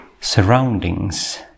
surroundings